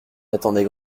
attendait